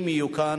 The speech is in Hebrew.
אם הם יהיו כאן,